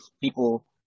people